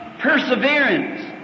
perseverance